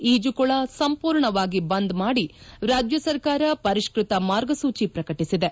ಈಜುಕೊಳ ಸಂಪೂರ್ಣವಾಗಿ ಬಂದ್ ಮಾಡಿ ರಾಜ್ಯ ಸರ್ಕಾರ ಪರಿಷ್ನತ ಮಾರ್ಗಸೂಚಿ ಪ್ರಕಟಿಸಿದೆ